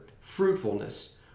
fruitfulness